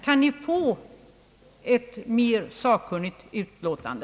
Kan ni få ett mer sakkunnigt utlåtande?